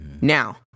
Now